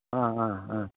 অ অ অ